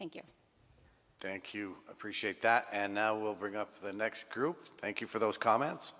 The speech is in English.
thank you thank you appreciate that and i will bring up the next group thank you for those comments